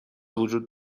وجود